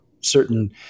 certain